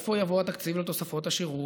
מאיפה יבוא התקציב לתוספות השירות?